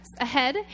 ahead